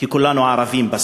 כי בסוף כולנו ערבים,